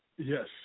Yes